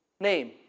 name